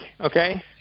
Okay